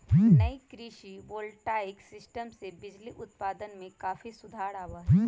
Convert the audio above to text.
नई कृषि voltaic system से बिजली उत्पादन में काफी सुधार आवा हई